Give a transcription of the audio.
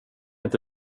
inte